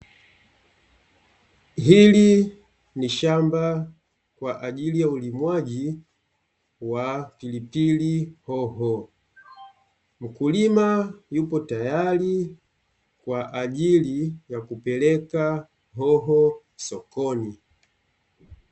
Hili ni shamba kwa ajili ulimwaji wa pilipili hoho, mkulima yupo tayari kwa ajili ya kupeleka hoho sokoni.